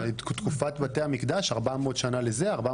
בתקופת בתי המקדש היו 410 ו-420 שנים,